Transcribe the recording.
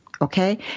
Okay